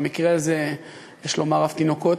במקרה הזה יש לומר אף תינוקות,